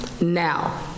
now